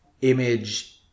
image